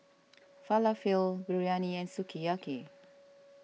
Falafel Biryani and Sukiyaki